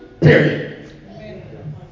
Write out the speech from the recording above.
period